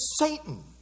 Satan